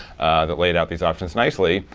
that laid out these options nicely.